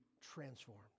transformed